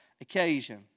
occasion